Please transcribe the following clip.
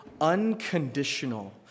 Unconditional